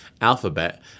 Alphabet